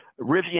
Rivian